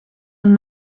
een